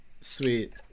Sweet